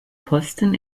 posten